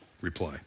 reply